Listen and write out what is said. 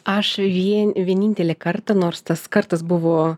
aš vien vienintelį kartą nors tas kartas buvo